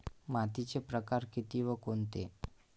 मातीचे प्रकार किती व कोणते?